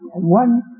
One